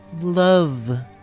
love